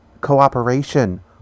cooperation